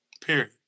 Period